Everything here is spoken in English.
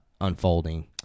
unfolding